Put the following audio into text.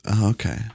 Okay